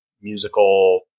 Musical